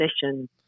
session